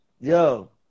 yo